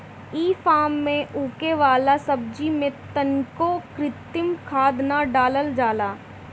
इ फार्म में उगे वाला सब्जी में तनिको कृत्रिम खाद ना डालल जाला